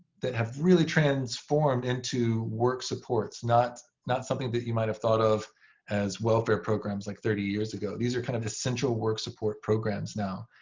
that have really transformed into work supports. not not something that you might have thought of as welfare programs like thirty years ago. these are kind of essential work support programs now.